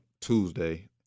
Tuesday